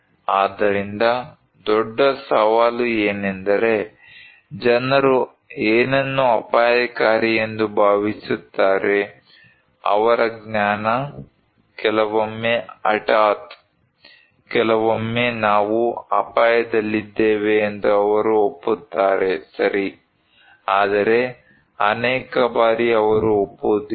ಆದ್ದರಿಂದ ದೊಡ್ಡ ಸವಾಲು ಏನೆಂದರೆ ಜನರು ಏನನ್ನು ಅಪಾಯಕಾರಿ ಎಂದು ಭಾವಿಸುತ್ತಾರೆ ಅವರ ಜ್ಞಾನ ಕೆಲವೊಮ್ಮೆ ಹಠಾತ್ ಕೆಲವೊಮ್ಮೆ ನಾವು ಅಪಾಯದಲ್ಲಿದ್ದೇವೆ ಎಂದು ಅವರು ಒಪ್ಪುತ್ತಾರೆ ಸರಿ ಆದರೆ ಅನೇಕ ಬಾರಿ ಅವರು ಒಪ್ಪುವುದಿಲ್ಲ